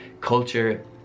culture